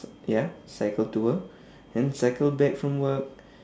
ya cycle to work then cycle back from work